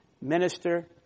minister